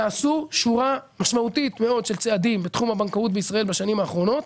נעשו שורה משמעותית מאוד של צעדים בתחום הבנקאות בישראל בשנים האחרונות.